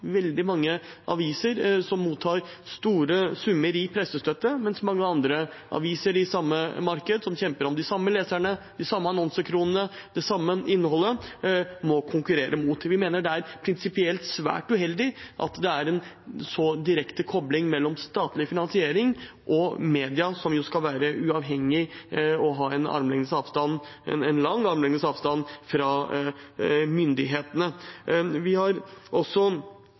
veldig mange aviser som mottar store summer i pressestøtte, som mange andre aviser i samme marked, som kjemper om de samme leserne, de samme annonsekronene, det samme innholdet, må konkurrere mot. Vi mener det er prinsipielt svært uheldig at det er en så direkte kobling mellom statlig finansiering og medier, som jo skal være uavhengig og ha en lang armlengdes avstand til myndighetene. Vi har også